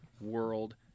world